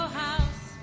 house